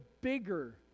bigger